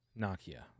Nokia